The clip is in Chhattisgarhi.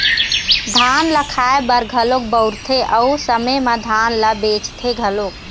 धान ल खाए बर घलोक बउरथे अउ समे म धान ल बेचथे घलोक